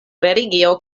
religio